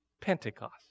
Pentecost